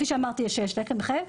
ושיש תקן מחייב,